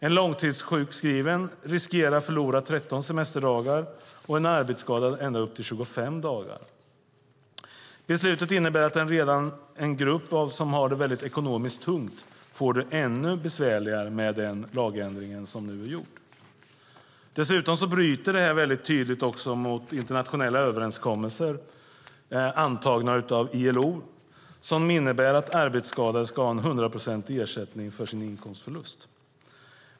En långtidssjukskriven riskerar att förlora 13 semesterdagar, och en arbetsskadad riskerar att förlora ända upp till 25 dagar. Beslutet innebär att en grupp som redan har det ekonomiskt tungt får det ännu besvärligare med denna lagändring. Dessutom bryter detta tydligt mot internationella överenskommelser antagna av ILO, som innebär att arbetsskadade ska ha en 100-procentig ersättning för sin inkomstförlust.